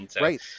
Right